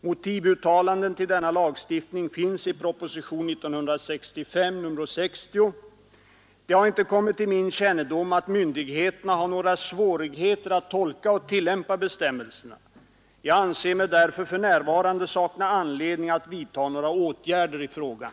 Motivuttalanden till denna lagstiftning finns i propositionen 60 år 1965. Det har inte kommit till min kännedom att myndigheterna har några svårigheter att tolka och tillämpa bestämmelserna. Jag anser mig därför för närvarande sakna anledning att vidtaga några åtgärder i frågan.